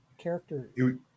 character